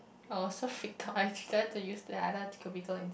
oh so fed up I say to you that's I not could be go in